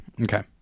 okay